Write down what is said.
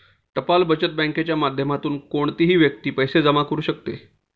टपाल बचत बँकेच्या माध्यमातून कोणतीही व्यक्ती पैसे जमा करू शकते